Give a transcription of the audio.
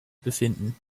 befinden